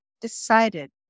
decided